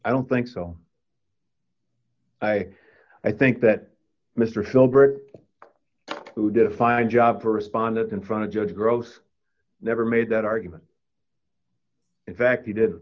i don't think so i i think that mr philbrick who did a fine job for respondent in front of judge gross never made that argument in fact he did